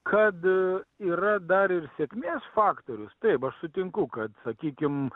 kad yra dar ir sėkmės faktorius taip aš sutinku kad sakykim